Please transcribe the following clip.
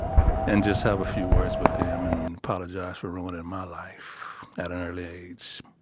and just have a few words with them and apologize for ruining my life at an early age.